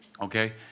Okay